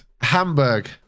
Hamburg